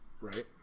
right